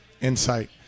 insight